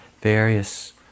various